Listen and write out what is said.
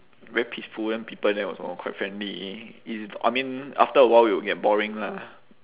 very peaceful then people there also all quite friendly is I mean after a while it'll get boring lah